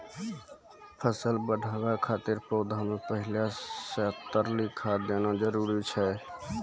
फसल बढ़ाबै खातिर पौधा मे पहिले से तरली खाद देना जरूरी छै?